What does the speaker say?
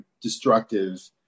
destructive